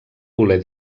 voler